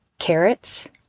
Carrots